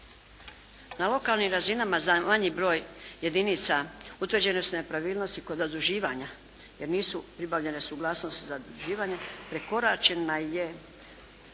Na lokalnim razinama za manji broj jedinica utvrđene su nepravilnosti kod razduživanja jer nisu pribavljene suglasnosti za zaduživanje. Prekoračena je